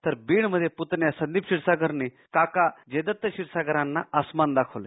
तर बीडमध्ये पुतण्या संदीप क्षीरसागरने काका जयदत्त क्षीरसागरांना अस्मान दाखवले